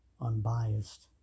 unbiased